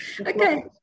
Okay